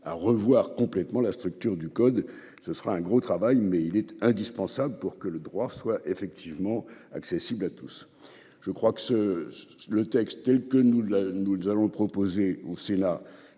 à revoir complètement la structure du code ce sera un gros travail, mais il est indispensable pour que le droit soit effectivement accessible à tous. Je crois que ce le texte tel que nous là. Nous allons proposer en la